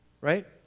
Right